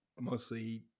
mostly